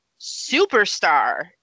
superstar